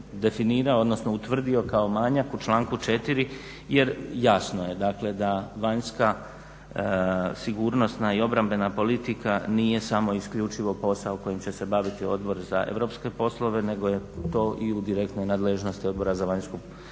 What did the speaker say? odnosno utvrdio kao manjak u članku 4. jer jasno je da vanjska sigurnosna i obrambena politika nije samo isključivo posao kojim će se baviti Odbor za europske poslove nego je to i u direktnoj nadležnosti Odbora za vanjsku politiku